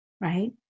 right